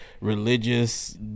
religious